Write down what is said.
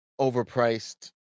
overpriced